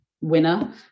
winner